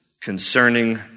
concerning